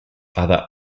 other